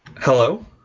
Hello